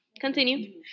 Continue